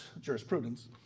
jurisprudence